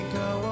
go